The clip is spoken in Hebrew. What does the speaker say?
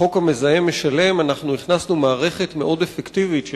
בחוק המזהם משלם הכנסנו מערכת מאוד אפקטיבית של